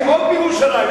יש חוק בירושלים,